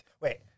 Wait